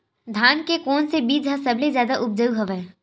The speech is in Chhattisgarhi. धान के कोन से बीज ह सबले जादा ऊपजाऊ हवय?